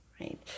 right